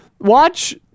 Watch